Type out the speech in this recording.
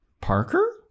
Parker